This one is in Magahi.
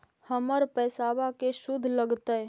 हमर पैसाबा के शुद्ध लगतै?